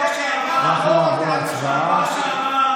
שבפעם שעברה,